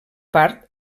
part